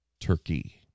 Turkey